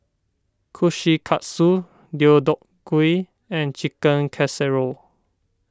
Kushikatsu Deodeok Gui and Chicken Casserole